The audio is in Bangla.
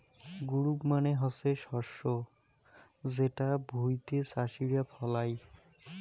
ক্রপ মানে হসে শস্য যেটো ভুঁইতে চাষীরা ফলাই